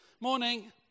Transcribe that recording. morning